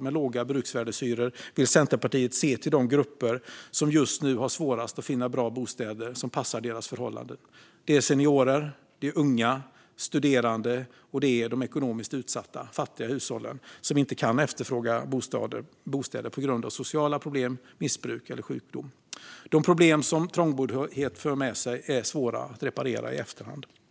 med låga bruksvärdeshyror i Stockholms innerstad vill Centerpartiet se till de grupper som just nu har svårast att finna bra bostäder som passar deras förhållanden. Det är seniorer, unga och studerande, och det är de ekonomiskt utsatta, fattiga hushållen som inte kan efterfråga bostäder på grund av sociala problem, missbruk eller sjukdom. De problem som trångboddhet för med sig är svåra att reparera i efterhand.